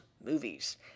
movies